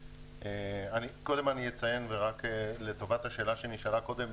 קודם אציין לטובת השאלה שנשאלה קודם,